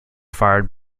fired